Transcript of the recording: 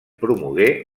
promogué